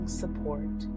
support